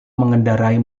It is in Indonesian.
mengendarai